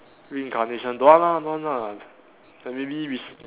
reincarnation don't want lah don't want lah like maybe rec~